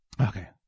Okay